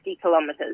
kilometers